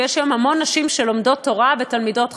ויש היום המון נשים שלומדות תורה ותלמידות חכמים.